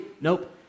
Nope